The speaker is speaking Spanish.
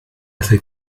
hace